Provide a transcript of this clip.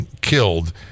killed